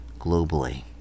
globally